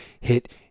hit